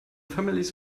families